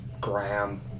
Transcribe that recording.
Graham